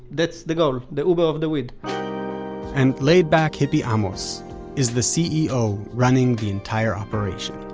that's the goal, the uber of the weed and laid-back hippy amos is the ceo, running the entire ope ration